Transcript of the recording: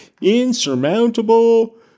insurmountable